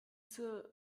dieser